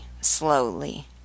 slowly